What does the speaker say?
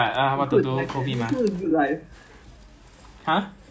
whether you experience a full package or not actually two weeks doesn't make a lot of difference [one]